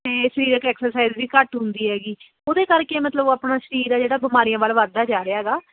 ਅਤੇ ਸਰੀਰਿਕ ਐਕਸਾਈਜ਼ ਵੀ ਘੱਟ ਹੁੰਦੀ ਹੈਗੀ ਉਹਦੇ ਕਰਕੇ ਮਤਲਬ ਆਪਣਾ ਸਰੀਰ ਆ ਜਿਹੜਾ ਬਿਮਾਰੀਆਂ ਵੱਲ ਵੱਧਦਾ ਜਾ ਰਿਹਾ ਹੈਗਾ